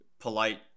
polite